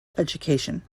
education